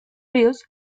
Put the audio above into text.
ríos